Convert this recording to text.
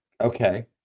Okay